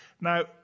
Now